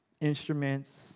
Instruments